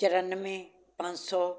ਚੁਰਾਨਵੇਂ ਪੰਜ ਸੌ